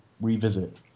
revisit